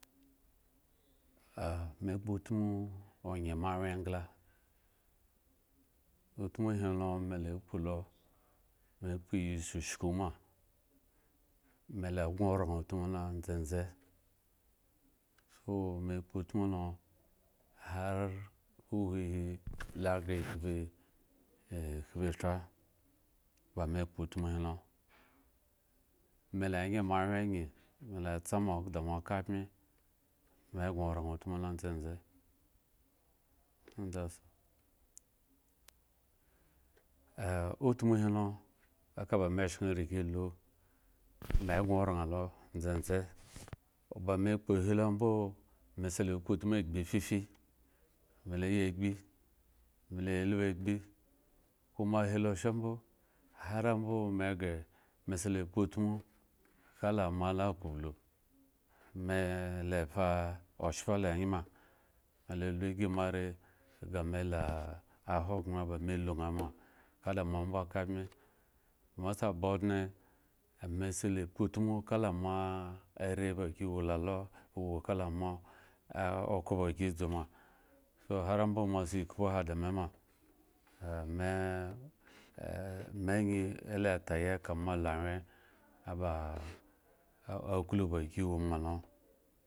me kpotmu onye moawyengla utmu helo me la kpo lo me kpo iyi shushku ma me la gŋo oraŋ utmu lo ndzendze, so me kpotmu hare huhuhi lo ghre eh ekhpethra ba me kpotmu helo, mela nye moawyen angyi me la tsa mo da mo akambye me gŋo raŋ utmu lo ndzendze eh utmu helo aka ba me sheŋ riga lu me gŋoraŋ lo ndzendze ba me kpo hilo mbi, me sa la kpotmu agbi fifi melayi agbi mela lbu agbi koma ahi lo sha mbo hare mbo me ghre me sa la kpotmu kala moala kpo ulu me la fa oshpa la nye ma melalu ygi moare game la ahogbren ba me lu ŋha ma ka da mo mbo akabmye, mo sa ba odŋe, ame sa la kpotmu kala moare ba gi wo la lo, wo kala mo a okhro ba gi dzu ma so hare mbo moasi ekhpo he da me ma, ah me me angyi ela tayi ka mo olawyen ba aklu ba gi woma lo.